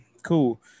cool